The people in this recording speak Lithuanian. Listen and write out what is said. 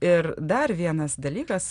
ir dar vienas dalykas